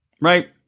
right